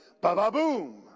Ba-ba-boom